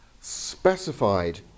specified